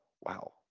Wow